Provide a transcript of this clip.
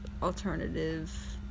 alternative